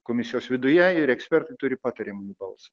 komisijos viduje ir ekspertai turi patariamąjį balsą